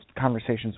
conversations